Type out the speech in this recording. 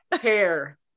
hair